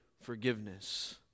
forgiveness